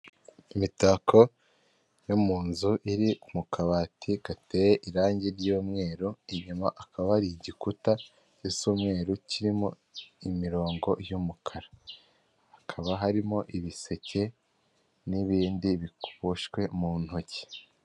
Imitako yo mu nzu, iri mu kabati gateye irangi ry'umweru, inyuma hakaba hari igikuta gisa umweru, kirimo imirongo y'umukara. Hakaba harimo ibiseke, n'ibindi biboshywe mu ntoki.